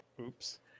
Oops